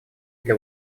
для